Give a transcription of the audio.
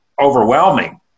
overwhelming